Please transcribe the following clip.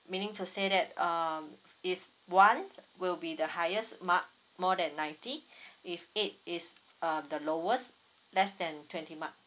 meaning to say um if one will be the highest mark more than ninety if eight is uh the lowest less than twenty mark